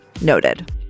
Noted